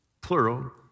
plural